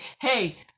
Hey